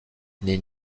n’est